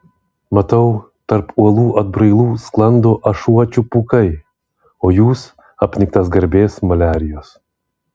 matau tarp uolų atbrailų sklando ašuočių pūkai o jūs apniktas garbės maliarijos